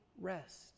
rest